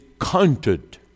counted